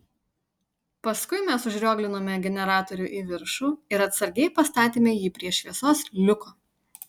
paskui mes užrioglinome generatorių į viršų ir atsargiai pastatėme jį prie šviesos liuko